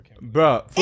bro